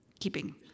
keeping